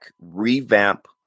revamp